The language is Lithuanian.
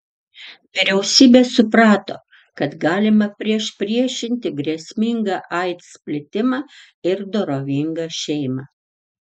vyriausybės suprato kad galima priešpriešinti grėsmingą aids plitimą ir dorovingą šeimą